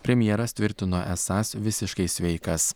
premjeras tvirtino esąs visiškai sveikas